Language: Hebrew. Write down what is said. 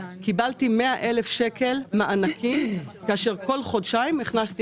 קיבלתי 100,000 שקל מענקים כאשר כל חודשיים הכנסתי